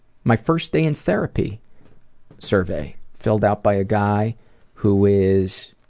my first day in therapy survey filled out by a guy who is